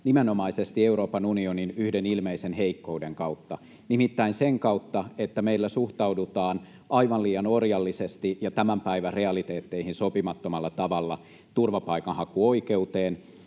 nimenomaisesti Euroopan unionin yhden ilmeisen heikkouden kautta, nimittäin sen kautta, että meillä suhtaudutaan aivan liian orjallisesti ja tämän päivän realiteetteihin sopimattomalla tavalla turvapaikanhakuoikeuteen.